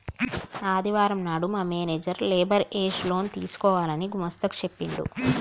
ఆదివారం నాడు మా మేనేజర్ లేబర్ ఏజ్ లోన్ తీసుకోవాలని గుమస్తా కు చెప్పిండు